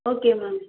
okay ma'am